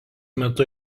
metu